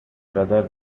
rather